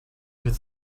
could